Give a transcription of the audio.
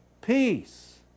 Peace